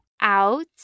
out